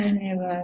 धन्यवाद